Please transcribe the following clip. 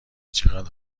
چقدر